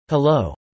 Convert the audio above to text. Hello